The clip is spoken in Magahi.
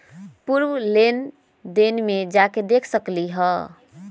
पूर्व लेन देन में जाके देखसकली ह?